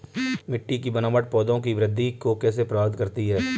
मिट्टी की बनावट पौधों की वृद्धि को कैसे प्रभावित करती है?